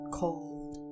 cold